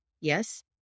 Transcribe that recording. Yes